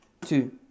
two